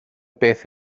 beth